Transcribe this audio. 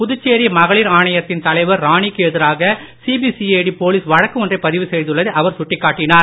புதுச்சேரி மகளிர் ஆணையத்தின் தலைவர் ராணி க்கு எதிராக சிபிசிஐடி போலீஸ் வழக்கு ஒன்றைப் பதிவு செய்துள்ளதை அவர் சுட்டிக் காட்டினார்